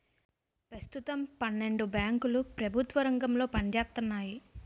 పెస్తుతం పన్నెండు బేంకులు ప్రెభుత్వ రంగంలో పనిజేత్తన్నాయి